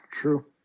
True